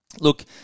look